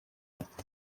apfa